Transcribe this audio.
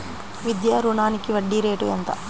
విద్యా రుణానికి వడ్డీ రేటు ఎంత?